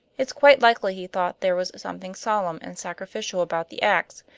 it's quite likely he thought there was something solemn and sacrificial about the ax,